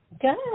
Good